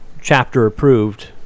chapter-approved